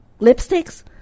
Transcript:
lipsticks